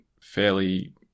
fairly